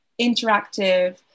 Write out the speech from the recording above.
interactive